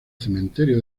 cementerio